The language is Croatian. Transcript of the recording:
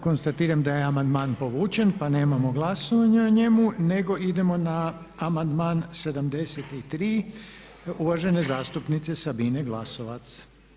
Konstatiram da je amandman povučen pa nemamo glasovanje o njemu nego idemo na amandman 73. uvažene zastupnice Sabine Glasovac.